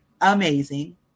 amazing